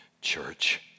church